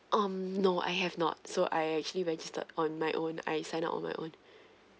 um no I have not so I actually registered on my own I sign up on my own